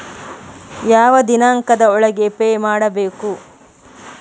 ಯಾವ ದಿನಾಂಕದ ಒಳಗೆ ಪೇ ಮಾಡಬೇಕು?